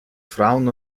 frauen